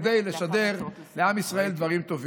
כדי לשדר לעם ישראל דברים טובים.